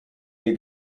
ihr